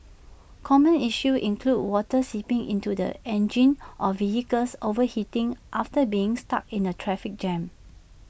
common issues include water seeping into the engine or vehicles overheating after being stuck in the traffic jam